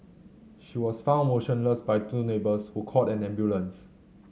she was found motionless by two neighbours who called an ambulance